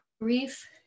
grief